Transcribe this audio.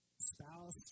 spouse